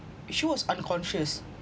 she was unconscious